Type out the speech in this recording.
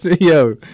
Yo